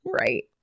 right